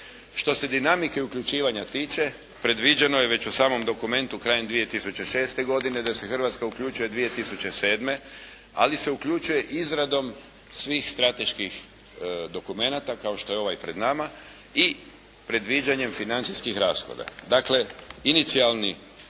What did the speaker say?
Što se dinamike uključivanja tiče predviđeno je već u samom dokumentu krajem 2006. godine da se Hrvatska uključuje 2007. ali se uključuje izradom svih strateških dokumenata kao što je ovaj pred nama i predviđanjem financijskih rashoda. Dakle, inicijalno